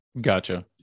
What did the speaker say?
Gotcha